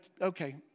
okay